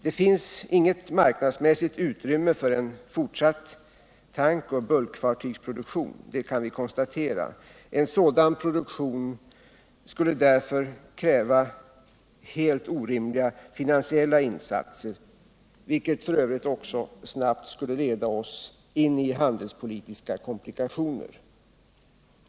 Det finns inget marknadsmässigt utrymme för en fortsatt tankoch bulkfartygsproduktion — det kan vi konstatera. En sådan produktion skulle därför kräva helt orimliga finansiella insatser, vilket f.ö. också snabbt skulle leda oss in i handelspolitiska komplikationer.